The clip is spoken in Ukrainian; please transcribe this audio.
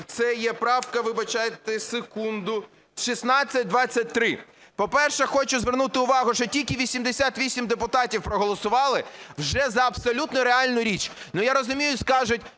це є правка… Вибачайте, секунду. 1623. По-перше, хочу звернути увагу, що тільки 88 депутатів проголосували вже за абсолютно реальну річ. Я розумію, скажуть: